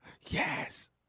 Yes